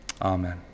amen